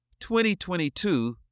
2022